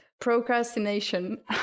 procrastination